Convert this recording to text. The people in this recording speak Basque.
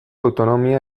autonomia